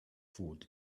food